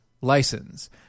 license